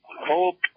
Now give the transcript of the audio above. hope